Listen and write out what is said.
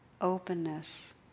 openness